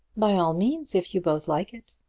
by all means if you both like it.